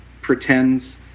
pretends